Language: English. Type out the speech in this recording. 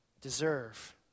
deserve